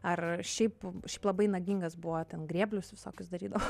ar šiaip šiaip labai nagingas buvo ten grėblius visokius darydavo